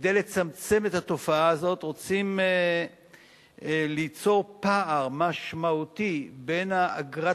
וכדי לצמצם את התופעה הזאת רוצים ליצור פער משמעותי בין אגרת